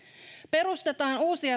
perustetaan uusia